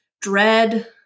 dread